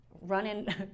running